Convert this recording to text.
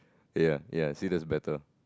ya ya see that's better